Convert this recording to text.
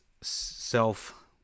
self